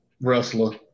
wrestler